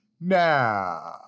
Now